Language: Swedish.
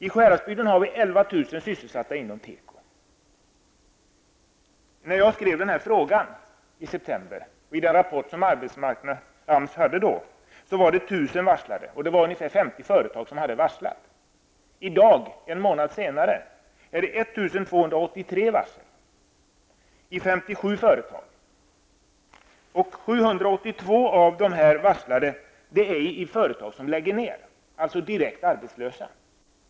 I Sjuhäradsbygden har vi 11 000 sysselsatta inom tekoindustrin. När jag skrev min interpellation i september visade en AMS-rapport att 1 000 anställda var varslade i ungefär 50 företag. företag. 782 av dessa varslade arbetar i företag som läggs ner, alltså blir dessa direkt arbetslösa.